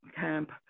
camp